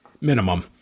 minimum